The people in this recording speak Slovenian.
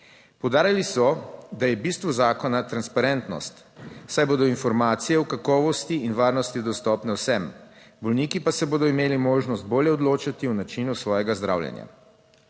Poudarili so, da je bistvo zakona transparentnost, saj bodo informacije o kakovosti in varnosti dostopne vsem, bolniki pa se bodo imeli možnost bolje odločati o načinu svojega zdravljenja.